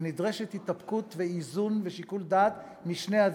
נדרשים התאפקות ואיזון ושיקול דעת משני הצדדים.